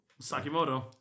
Sakimoto